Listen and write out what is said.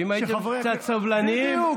ואם הייתם קצת סבלניים,